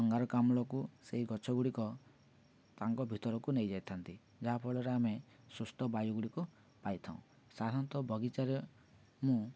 ଅଙ୍ଗାରକାମ୍ଳକୁ ସେଇ ଗଛ ଗୁଡ଼ିକ ତାଙ୍କ ଭିତରକୁ ନେଇଯାଇଥାନ୍ତି ଯାହାଫଳରେ ଆମେ ସୁସ୍ଥ ବାୟୁ ଗୁଡ଼ିିକୁ ପାଇଥାଉଁ ସାଧାରଣତଃ ବଗିଚାରେ ହୁଁ